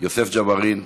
יוסף ג'בארין,